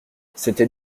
c’était